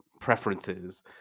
preferences